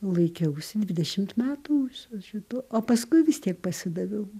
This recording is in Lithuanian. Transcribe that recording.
laikiausi dvidešimt metų šito o paskui vis tiek pasidaviau